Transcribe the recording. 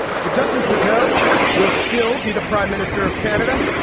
so justin trudeau will still be the prime minister of canada.